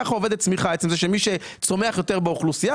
ככה עובדת צמיחה שמי שצומח יותר באוכלוסייה,